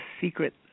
secret